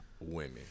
women